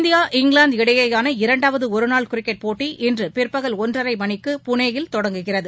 India England இடையேயான இரண்டாவது ஒருநாள் கிரிக்கெட் போட்டி இன்று பிற்பகல் ஒன்றரை மணிக்கு புனே யில் தொடங்குகிறது